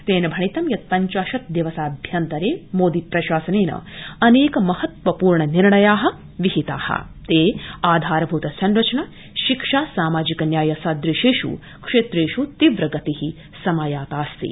तेन भणितं यत ापंचाशत ादिवसाभ्यन्तरे मोदी प्रशासनेन अनेके महत्वपूर्ण निर्णया विहिता ते आधारभूत संरचना शिक्षा सामाजिक न्याय सदृशेष् क्षेत्रेष् तीव्र गति समायातास्ति